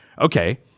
okay